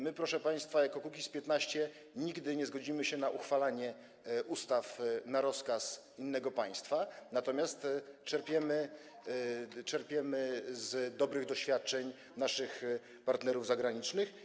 My, proszę państwa, jako Kukiz’15 nigdy nie zgodzimy się na uchwalanie ustaw na rozkaz innego państwa, natomiast czerpiemy z dobrych doświadczeń naszych partnerów zagranicznych.